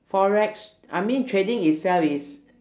forex I mean trading itself is